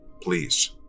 Please